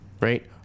right